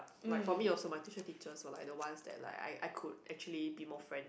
like for me also my tuition teacher also like the ones that I I could be more friend